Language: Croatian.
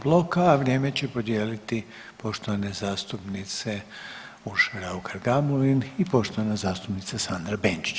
bloka, a vrijeme će podijeliti poštovane zastupnice Urša Raukar Gamulin i poštovana zastupnica Benčić.